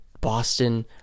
Boston